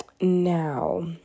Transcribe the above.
Now